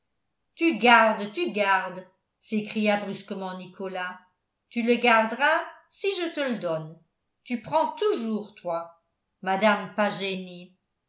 tu gardes tu gardes s'écria brusquement nicolas tu le garderas si je te le donne tu prends toujours toi madame